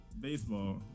baseball